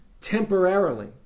temporarily